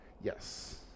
Yes